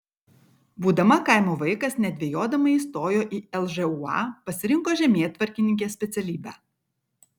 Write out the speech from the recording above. būdama kaimo vaikas nedvejodama įstojo į lžūa pasirinko žemėtvarkininkės specialybę